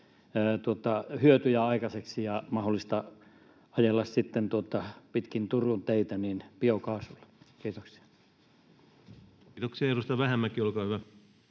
hyötyjä aikaiseksi ja mahdollisuus ajella sitten ”pitkin Turun teitä” biokaasulla. — Kiitoksia. Kiitoksia. — Edustaja Vähämäki, olkaa hyvä.